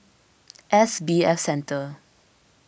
S B F Centre